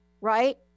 right